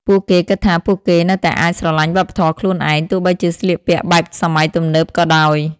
ពួកគេគិតថាពួកគេនៅតែអាចស្រលាញ់វប្បធម៌ខ្លួនឯង ទោះបីជាស្លៀកពាក់បែបសម័យទំនើបក៏ដោយ។